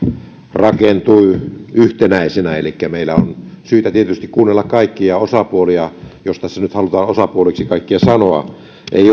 rakentui yhtenäisenä elikkä meillä on syytä tietysti kuunnella kaikkia osapuolia jos tässä nyt halutaan osapuoliksi kaikkia sanoa ei ole